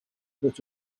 that